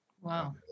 Wow